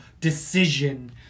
decision